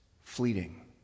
fleeting